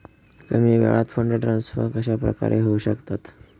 कमी वेळात fund transfer कशाप्रकारे होऊ शकतात?